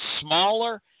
smaller